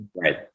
Right